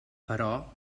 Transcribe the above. però